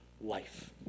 life